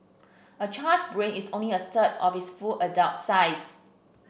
a child's brain is only a third of its full adult size